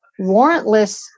warrantless